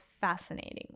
fascinating